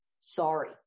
sorry